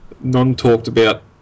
non-talked-about